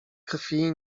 krwi